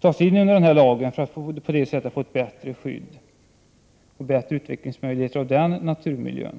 alltså omfattas av ädellövskogslagen för att på det sättet få ett bättre skydd och bättre utvecklingsmöjligheter i sin naturmiljö.